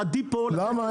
בלילה- -- למה?